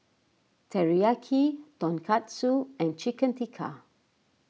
Teriyaki Tonkatsu and Chicken Tikka